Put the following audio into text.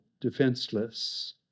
defenseless